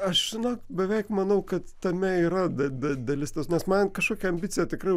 aš na beveik manau kad tame yra da da dalis tiesos nes man kažkokia ambicija tikrai